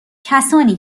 کسانی